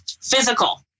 physical